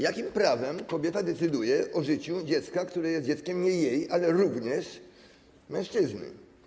Jakim prawem kobieta decyduje o życiu dziecka, które jest dzieckiem nie jej, ale również mężczyzny?